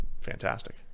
fantastic